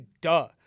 duh